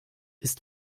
ist